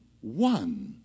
one